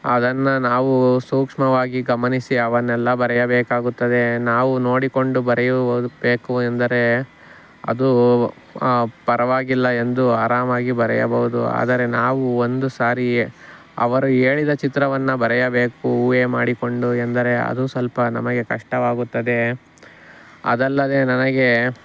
ಅದನ್ನು ನಾವು ಸೂಕ್ಮವಾಗಿ ಗಮನಿಸಿ ಅವನ್ನೆಲ್ಲ ಬರೆಯಬೇಕಾಗುತ್ತದೆ ನಾವು ನೋಡಿಕೊಂಡು ಬರೆಯುವ ಬೇಕು ಎಂದರೆ ಅದೂ ಪರವಾಗಿಲ್ಲ ಎಂದು ಆರಾಮಾಗಿ ಬರೆಯಬೌದು ಆದರೆ ನಾವು ಒಂದು ಸಾರಿಗೇ ಅವರು ಹೇಳಿದ ಚಿತ್ರವನ್ನು ಬರೆಯಬೇಕು ಊಹೆ ಮಾಡಿಕೊಂಡು ಎಂದರೆ ಅದು ಸ್ವಲ್ಪ ನಮಗೆ ಕಷ್ಟವಾಗುತ್ತದೆ ಅದಲ್ಲದೆ ನನಗೆ